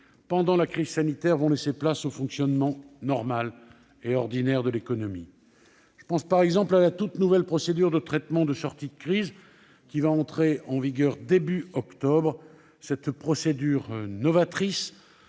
pendant la crise sanitaire laisseront place au fonctionnement normal et ordinaire de l'économie. Je pense par exemple à la toute nouvelle procédure de traitement de sortie de crise, qui va entrer en vigueur au début du mois d'octobre prochain. Cette procédure novatrice